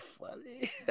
funny